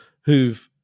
who've